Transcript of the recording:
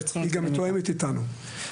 היא גם מתואמת איתנו.